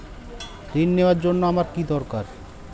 ঋণ নেওয়ার জন্য আমার কী দরকার?